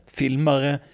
filmare